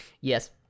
Yes